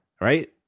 right